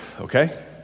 okay